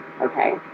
okay